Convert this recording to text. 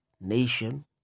nation